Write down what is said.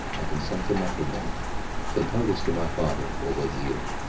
i consent to matrimony so tell this to my father, o wazir,